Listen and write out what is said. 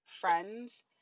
friends